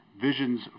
Visions